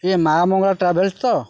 ଏଇ ମା ମଙ୍ଗଳା ଟ୍ରାଭେଲ୍ ତ